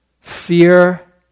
fear